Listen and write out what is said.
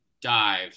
dive